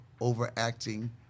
overacting